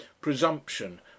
presumption